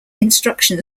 instruction